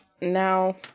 Now